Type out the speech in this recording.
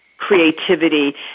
creativity